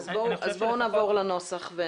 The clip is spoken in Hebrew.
אז בואו נעבור לנוסח.